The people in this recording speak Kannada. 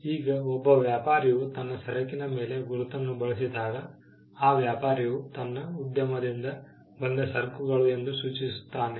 ಈಗ ಒಬ್ಬ ವ್ಯಾಪಾರಿಯು ತನ್ನ ಸರಕಿನ ಮೇಲೆ ಗುರುತನ್ನು ಬಳಸಿದಾಗ ಆ ವ್ಯಾಪಾರಿಯು ತನ್ನ ಉದ್ಯಮದಿಂದ ಬಂದ ಸರಕುಗಳು ಎಂದು ಸೂಚಿಸುತ್ತಾನೆ